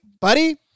buddy